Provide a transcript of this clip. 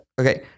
Okay